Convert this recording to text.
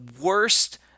worst